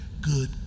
good